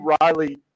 Riley